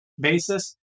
basis